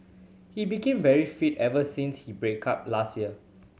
he became very fit ever since he break up last year